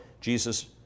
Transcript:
Jesus